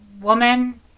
woman